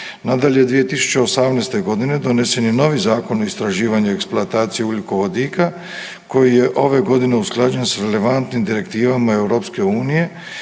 Nadalje, 2018.g. donesen je novi Zakon o istraživanju i eksploataciji ugljikovodika koji je ove godine usklađen s relevantnim direktivama EU kao i